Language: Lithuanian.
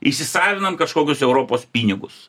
įsisavinam kažkokius europos pinigus